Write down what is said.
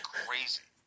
crazy